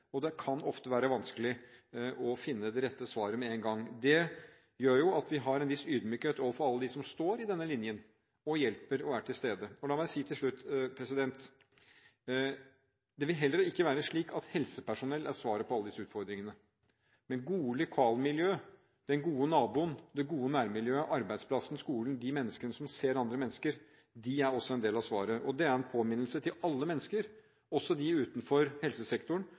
Det kan ofte være vanskelig å finne det rette svaret med en gang. Det gjør at vi har en viss ydmykhet overfor alle dem som står i denne linjen, og hjelper og er til stede. La meg si til slutt: Det vil heller ikke være slik at helsepersonell er svaret på alle disse utfordringene. Det gode lokalmiljøet, den gode naboen, det gode nærmiljøet, arbeidsplassen, skolen – de menneskene som ser andre mennesker – er også en del av svaret. Det er en påminnelse til alle mennesker – også dem utenfor helsesektoren